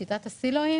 שיטת הסילואים